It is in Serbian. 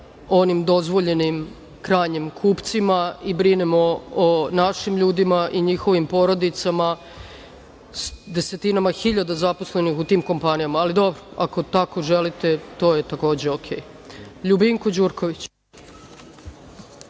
onim dozvoljenim krajnjim kupcima i brinemo o našim ljudima i njihovim porodicama, desetinama hiljada zaposlenih u tim kompanijama. Ali, dobro, ako tako želite, to je takođe okej. Reč ima Ljubinko Đurković.